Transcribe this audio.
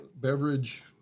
beverage